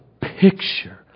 picture